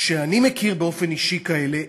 ואני מכיר באופן אישי כאלה,